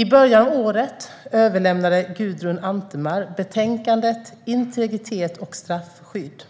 I början av året överlämnade Gudrun Antemar betänkandet Integritet och straffskydd